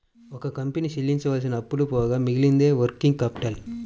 ఒక కంపెనీ చెల్లించవలసిన అప్పులు పోగా మిగిలినదే వర్కింగ్ క్యాపిటల్